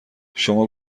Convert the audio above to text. شما